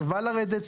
סירבה לרדת,